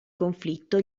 conflitto